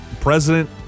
president